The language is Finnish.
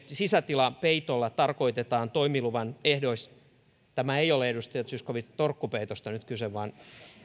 sisätilapeitolla tarkoitetaan toimiluvan ehdoissa tässä ei ole edustaja zyskowicz torkkupeitoista nyt kyse vaan